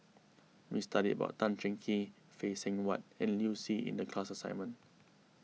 we studied about Tan Cheng Kee Phay Seng Whatt and Liu Si in the class assignment